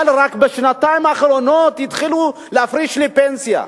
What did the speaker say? אבל רק בשנתיים האחרונות התחילו להפריש לי פנסיה,